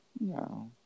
No